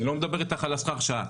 אני לא מדבר איתך על שכר שעה,